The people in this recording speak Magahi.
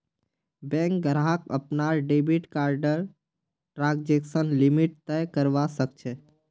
बैंक ग्राहक अपनार डेबिट कार्डर ट्रांजेक्शन लिमिट तय करवा सख छ